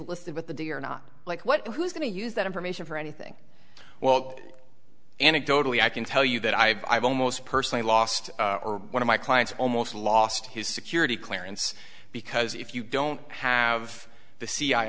listed with the dea or not like what who is going to use that information for anything well anecdotally i can tell you that i've almost personally lost one of my clients almost lost his security clearance because if you don't have the c